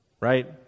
right